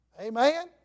Amen